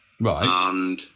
Right